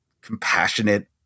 compassionate